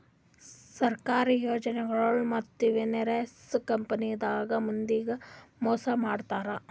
ಸರ್ಕಾರಿ ಯೋಜನಾಗೊಳ್ದಾಗ್ ಮತ್ತ್ ಇನ್ಶೂರೆನ್ಸ್ ಕಂಪನಿದಾಗ್ ಮಂದಿಗ್ ಮೋಸ್ ಮಾಡ್ತರ್